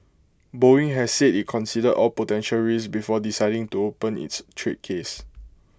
boeing has said IT considered all potential risks before deciding to open its trade case